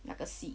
那个戏